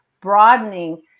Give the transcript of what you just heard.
broadening